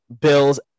Bills